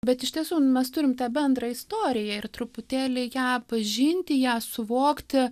bet iš tiesų mes turim tą bendrą istoriją ir truputėlį ją pažinti ją suvokti